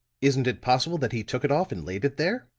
isn't it possible that he took it off and laid it there?